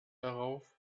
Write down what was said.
darauf